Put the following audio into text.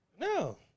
No